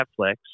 Netflix